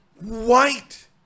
White